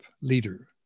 leader